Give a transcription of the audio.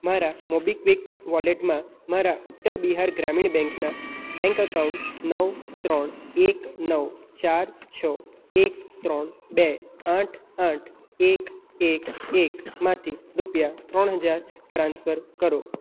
મારા મોબીક્વિક વોલેટમાં મારા ઉત્તર બિહાર ગ્રામીણ બેંકના બેંક એકાઉન્ટ નવ ત્રણ એક નવ ચાર છો એક ત્રણ બે આઠ આઠ એક એક એક માંથી રૂપિયા ત્રણ હજાર ટ્રાન્સફર કરો